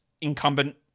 incumbent